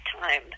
time